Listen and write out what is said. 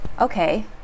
okay